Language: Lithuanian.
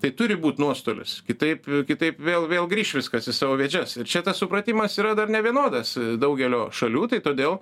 tai turi būt nuostolis kitaip kitaip vėl vėl grįš viskas į savo vėžes ir čia tas supratimas yra dar nevienodas daugelio šalių tai todėl